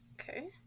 okay